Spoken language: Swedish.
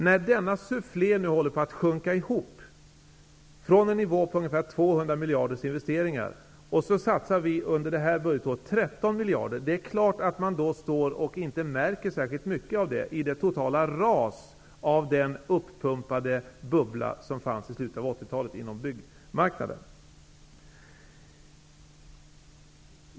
När denna sufflé nu håller på att sjunka ihop, från en investeringsnivå på ungefär 200 miljarder, och vi under detta budgetår satsar 13 miljarder, är det klart att man inte märker särskilt mycket, mot bakgrund av en byggmarknad i slutet av 80-talet som kunde beskrivas som en uppblåst bubbla.